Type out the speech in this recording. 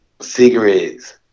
cigarettes